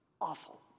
awful